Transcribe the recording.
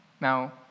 now